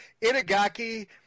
Inagaki